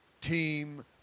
team